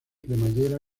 cremallera